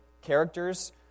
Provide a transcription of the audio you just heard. characters